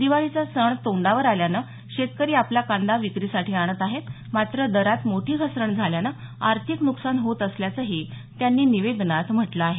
दिवाळीचा सण तोंडावर आल्यानं शेतकरी आपला कांदा विक्रीसाठी आणत आहेत मात्र दरात मोठी घसरण झाल्याने आर्थिक नुकसान होत असल्याचं त्यांनी या निवेदनात म्हटलं आहे